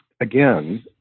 again